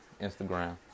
Instagram